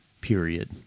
period